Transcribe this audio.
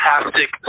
fantastic